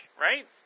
right